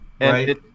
Right